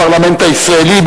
הפרלמנט הישראלי,